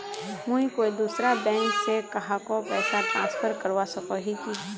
मुई कोई दूसरा बैंक से कहाको पैसा ट्रांसफर करवा सको ही कि?